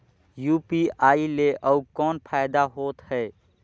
UPI ले अउ कौन फायदा होथ है?